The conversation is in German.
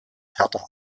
härter